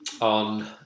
on